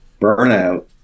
burnout